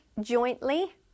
jointly